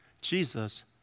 Jesus